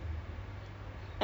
eh seram [pe]